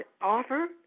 offer